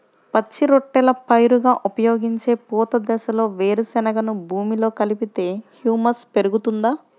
పచ్చి రొట్టెల పైరుగా ఉపయోగించే పూత దశలో వేరుశెనగను భూమిలో కలిపితే హ్యూమస్ పెరుగుతుందా?